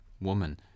woman